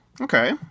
Okay